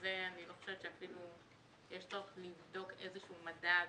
שזה אני לא חושבת שאפילו יש צורך לבדוק איזשהו מדד,